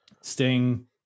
Sting